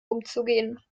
umzugehen